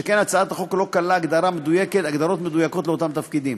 שכן הצעת החוק לא כללה הגדרות מדויקות של אותם תפקידים.